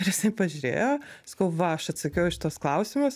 ir jisai pažiūrėjo sakau va aš atsakiau į šituos klausimus